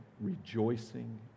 rejoicing